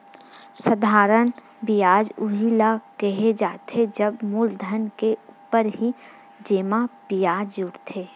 साधारन बियाज उही ल केहे जाथे जब मूलधन के ऊपर ही जेमा बियाज जुड़थे